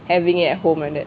having at home like that